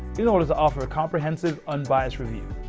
you know to to offer a comprehensive, unbiased review.